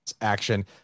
action